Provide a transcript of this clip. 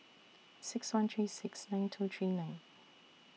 six one three six nine two three nine